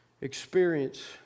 experience